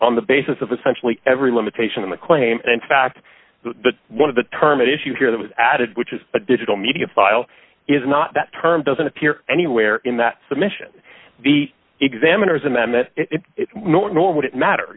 on the basis of essentially every limitation in the claim and in fact the one of the term issue here that was added which is a digital media file is not that term doesn't appear anywhere in that submission the examiners amendment it nor would it matter